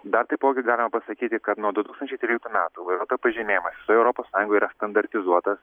dar taipogi galima pasakyti kad nuo du tūkstančiai tryliktų metų vairuotojo pažymėjimas visoj europos sąjungoj yra standartizuotas